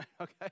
okay